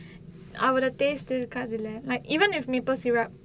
அவள:avala taste இருக்கதில்ல:irukathilla like even with maple syrup